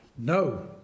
No